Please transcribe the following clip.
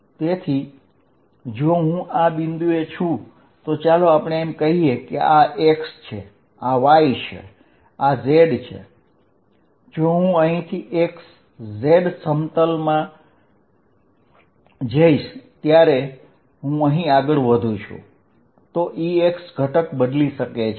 તેથી જો હું આ બિંદુએ છું તો ચાલો આપણે કહીએ કે આ x છે આ y છે આ z છે જો હું અહીંથી xz સમતલ માં જઈશ ત્યારે હું અહીં આગળ વધું છું તો Ex ઘટક બદલી શકે છે